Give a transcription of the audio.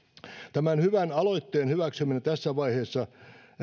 tämän hyvän aloitteen hyväksyminen tässä vaiheessa